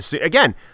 Again